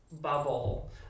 bubble